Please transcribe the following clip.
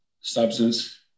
substance